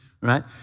right